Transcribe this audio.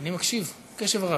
אני מקשיב קשב רב.